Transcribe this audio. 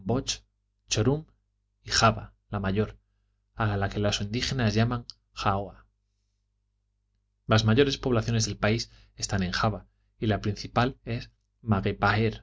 java la mayor a la que los indígenas llaman jaoa las mayores poblaciones del país están en java y la principal es